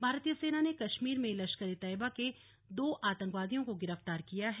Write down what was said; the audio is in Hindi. भारतीय सेना ने कश्मीर में लश्करे तैयबा के दो आतंकवादियों का गिरफ्तार किया है